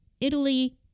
Italy